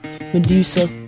Medusa